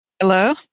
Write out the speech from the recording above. hello